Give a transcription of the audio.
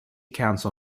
council